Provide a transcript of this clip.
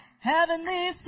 Heavenly